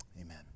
amen